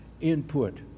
input